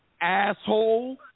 asshole